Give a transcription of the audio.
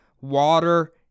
water